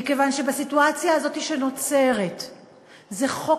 מכיוון שבסיטואציה הזאת שנוצרת זה חוק